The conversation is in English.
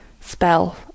spell